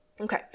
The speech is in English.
Okay